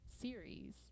series